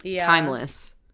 timeless